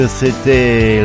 c'était